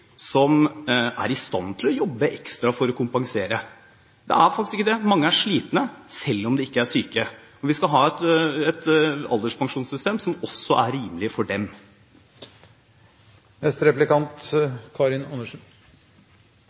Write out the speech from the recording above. som er i stand til å jobbe ekstra for å kompensere. Det er faktisk ikke det. Mange er slitne, selv om de ikke er syke, og vi skal ha et alderspensjonssystem som også er rimelig for dem.